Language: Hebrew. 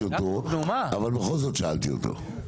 הכול בסדר, הפיליבסטר מיותר.